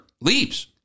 leaves